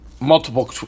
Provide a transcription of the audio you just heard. multiple